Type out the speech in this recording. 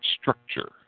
structure